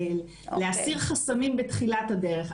להסיר חסמים בתחילת הדרך.